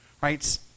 Right